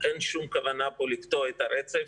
אין שום כוונה לקטוע את הרצף.